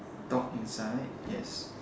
dog inside yes